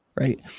right